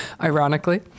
Ironically